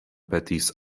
petis